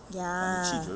ya